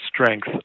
strength